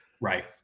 Right